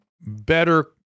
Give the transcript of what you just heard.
better